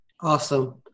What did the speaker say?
Awesome